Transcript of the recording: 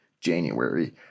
January